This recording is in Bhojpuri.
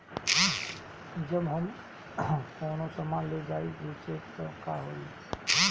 जब हम कौनो सामान ले जाई बेचे त का होही?